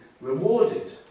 rewarded